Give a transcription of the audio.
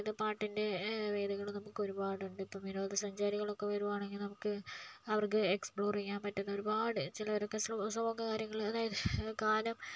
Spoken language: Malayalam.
പാട്ടിൻറെ വേദികൾ നമുക്ക് ഒരുപാടുണ്ട് ഇപ്പം വിനോദ സഞ്ചാരികളൊക്കെ വരികയാണെങ്കിൽ നമുക്ക് അവർക്ക് എക്സ്പ്ലോർ ചെയ്യാൻ പറ്റുന്ന ഒരുപാട് ചിലരൊക്കെ സോങ്ങ് കാര്യങ്ങൾ അതായത് ഗാനം